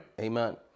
amen